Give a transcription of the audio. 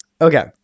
Okay